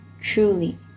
truly